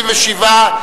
27,